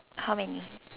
how many